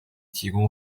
提供